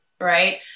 Right